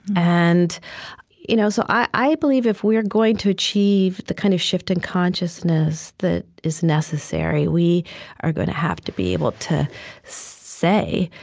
and you know so i i believe if we're going to achieve the kind of shift in consciousness that is necessary, we are going to have to be able to say,